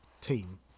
team